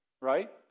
right